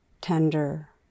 tender